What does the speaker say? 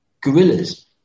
guerrillas